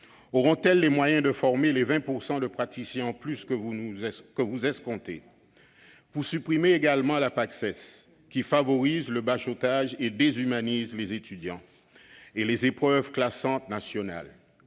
auront-elles les moyens de former les 20 % supplémentaires de praticiens que vous escomptez ? Vous supprimez également la Paces, qui favorise le bachotage et déshumanise les étudiants, ainsi que les épreuves classantes nationales.